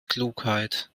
klugheit